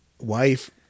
wife